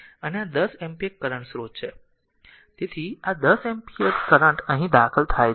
આ i 1 અને આ 10 એમ્પીયર કરંટ સ્રોત છે તેથી આ 10 એમ્પીયર કરંટ પણ અહીં દાખલ થાય છે